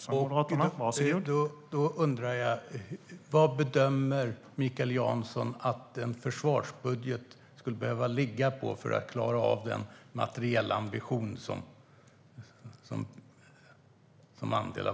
Herr talman! Då undrar jag: Vad bedömer Mikael Jansson att en försvarsbudget skulle behöva ligga på, som andel av bnp, för att klara av den materielambition som man har?